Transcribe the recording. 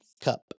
cup